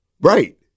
Right